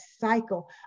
cycle